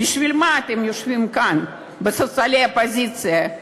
בשביל מה אתם יושבים כאן על ספסלי האופוזיציה?